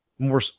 more